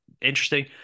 interesting